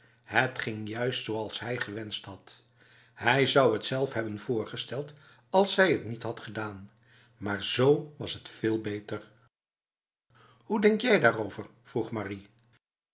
het ging juist zoals hij gewenst had hij zou het zelf hebben voorgesteld als zij het niet had gedaan maar z was het veel beter hoe denk jij daarover vroeg marie